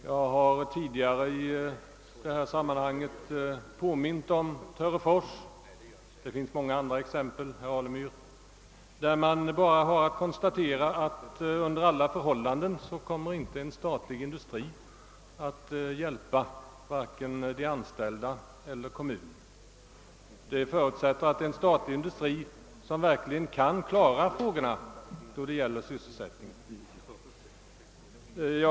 Jag har tidigare i liknande sammanhang påmint om fallet Törefors, och det finns många andra exempel på att lokalisering av en statlig industri inte under alla förhållanden hjälper vare sig de anställda eller kommunen. För att så skall ske måste det vara fråga om en statlig industri som verkligen kan klara av sysselsättningsfrågorna.